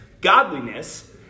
godliness